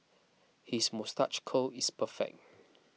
his moustache curl is perfect